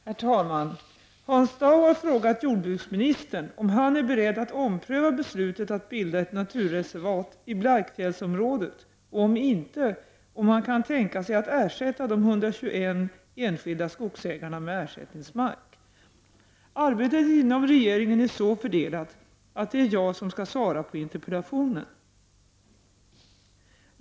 Herr talman! Hans Dau har frågat jordbruksministern om han är beredd att ompröva beslutet att bilda ett naturreservat i Blaikfjällsområdet och, om inte, om han kan tänka sig att ersätta de 121 enskilda skogsägarna med ersättningsmark. Arbetet inom regeringen är så fördelat att det är jag som skall svara på interpellationen.